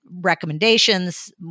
recommendations